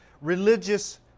religious